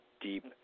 deep